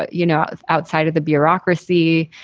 you know, outside of the bureaucracy,